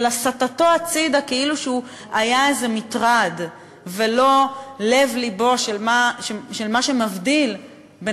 של הסטתו הצדה כאילו הוא היה איזה מטרד ולא לב-לבו של מה שמבדיל בין